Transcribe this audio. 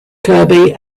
kirkby